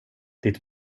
ditt